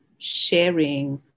Sharing